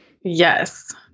Yes